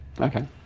Okay